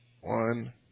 one